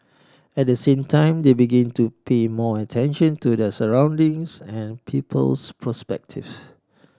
at the same time they begin to pay more attention to their surroundings and people's perspective